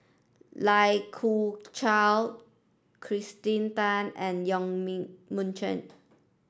Lai Kew Chai Kirsten Tan and Yong Mun Chee